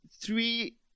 three